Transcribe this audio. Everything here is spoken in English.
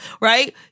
right